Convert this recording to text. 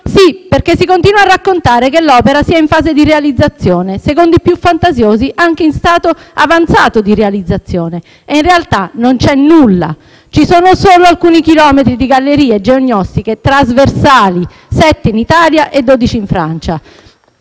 Si continua infatti a raccontare che l'opera sia in fase di realizzazione e, secondo i più fantasiosi, anche in stato avanzato di realizzazione. In realtà non c'è nulla: ci sono solo alcuni chilometri di gallerie geognostiche trasversali *(Applausi del